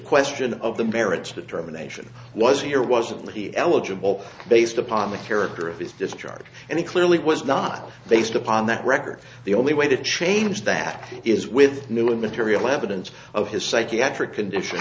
question of the merits determination was here wasn't he eligible based upon the character of his discharge and he clearly was not based upon that record the only way to change that is with new material evidence of his psychiatric condition